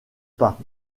pas